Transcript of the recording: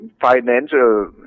financial